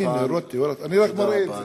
אני רק מראה את זה.